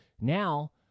now